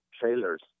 trailers